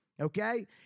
Okay